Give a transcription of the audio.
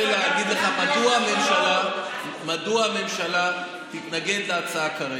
אני רוצה להגיד לך מדוע הממשלה תתנגד להצעה כרגע.